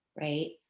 right